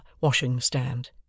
washing-stand